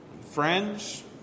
friends